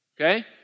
okay